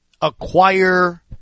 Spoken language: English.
acquire